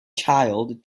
child